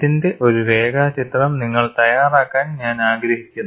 ഇതിന്റെ ഒരു രേഖാചിത്രം നിങ്ങൾ തയ്യാറാക്കാൻ ഞാൻ ആഗ്രഹിക്കുന്നു